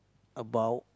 about